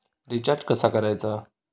Recharge कसा करायचा?